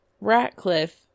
Ratcliffe